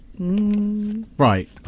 right